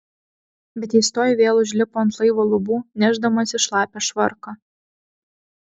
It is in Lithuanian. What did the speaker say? bet jis tuoj vėl užlipo ant laivo lubų nešdamasis šlapią švarką